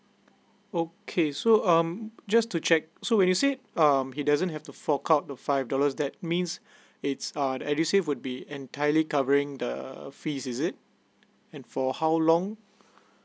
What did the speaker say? okay so um just to check so when you said uh he doesn't have to fork out the five dollars that means it's uh edusave would be entirely covering the fees is it and for how long